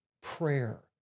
prayer